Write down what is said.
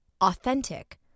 authentic